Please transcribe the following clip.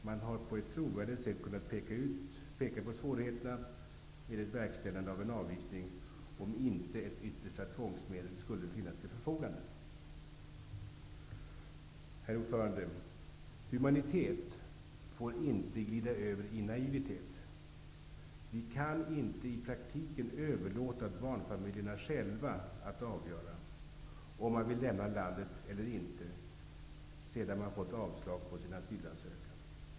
Man har på ett trovärdigt sätt kunnat peka på svårigheterna med ett verkställande av en avvisning om inte ett yttersta tvångsmedel skulle finnas till förfogande. Herr talman! Humanitet får inte glida över i naivitet. Vi kan inte i praktiken överlåta åt barnfamiljerna att själva avgöra om de vill lämna landet eller inte sedan de fått avslag på sin asylansökan.